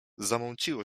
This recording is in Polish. zamąciło